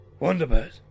Wonderbird